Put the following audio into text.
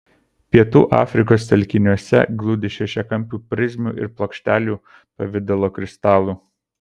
pietų afrikos telkiniuose glūdi šešiakampių prizmių ir plokštelių pavidalo kristalų